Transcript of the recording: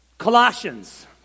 Colossians